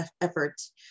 efforts